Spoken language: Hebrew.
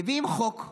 מביאים חוק,